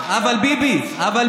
אבל ביבי.